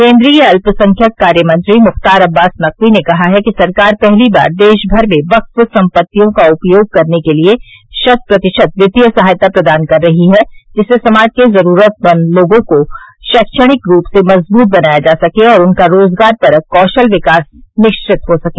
केन्द्रीय अल्पसंख्यक कार्यमंत्री मुख्तार अब्बास नकवी ने कहा है कि सरकार पहली बार देश भर में वक्फ संपत्तियों का उपयोग करने के लिये शत प्रतिशत वित्तीय सहायता प्रदान कर रही है जिससे समाज के जरूरतमंद लोगों को शैक्षणिक रूप से मजबूत बनाया जा सके और उनका रोजगारपरक कौशल विकास निश्चित हो सके